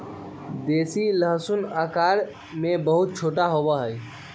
देसी लहसुन आकार में बहुत छोटा होबा हई